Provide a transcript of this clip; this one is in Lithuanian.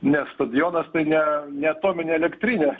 nes stadionas tai ne ne atominė elektrinė